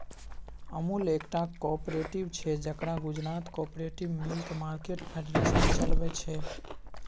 अमुल एकटा कॉपरेटिव छै जकरा Gujarat cooperative milk market federation चलबै छै